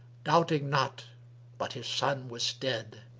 doubting not but his son was dead.